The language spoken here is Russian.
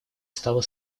стало